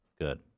Good